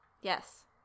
Yes